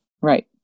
Right